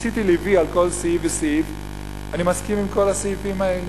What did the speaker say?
עשיתי לי "וי" על כל סעיף וסעיף ואני מסכים עם כל הסעיפים האלה: